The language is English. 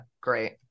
great